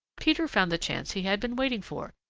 peter found the chance he had been waiting for.